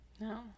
no